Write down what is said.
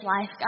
life